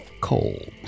cold